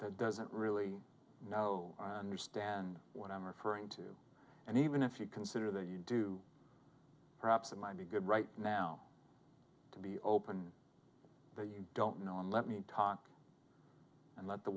that doesn't really know me stand what i'm referring to and even if you consider that you do perhaps it might be good right now to be open that you don't know and let me talk and let the